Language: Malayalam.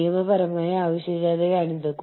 നിങ്ങൾക്കറിയാമോ ആശയങ്ങൾ തുറന്നിരിക്കുന്നു